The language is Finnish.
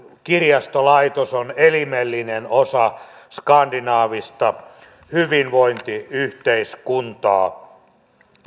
kirjastolaitos on elimellinen osa skandinaavista hyvinvointiyhteiskuntaa